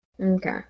Okay